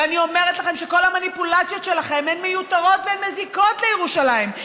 ואני אומרת לכם שכל המניפולציות שלכם הן מיותרות והן מזיקות לירושלים.